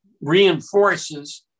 reinforces